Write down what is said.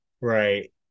right